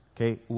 Okay